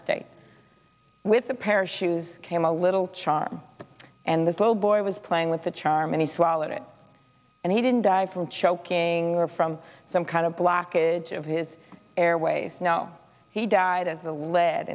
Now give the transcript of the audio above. state with a pair of shoes came a little charm and this little boy was playing with a charm and he swallowed it and he didn't die from choking or from some kind of blockage of his airways no he died